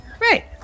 Right